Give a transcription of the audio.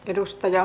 kiitos